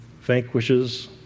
vanquishes